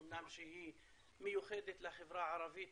אמנם היא מיוחדת לחברה הערבית,